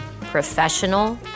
professional